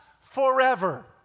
forever